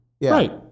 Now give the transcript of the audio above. Right